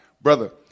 brother